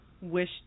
wish